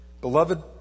Beloved